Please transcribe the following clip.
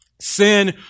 Sin